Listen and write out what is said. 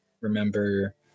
remember